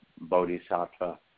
Bodhisattva